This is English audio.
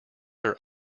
are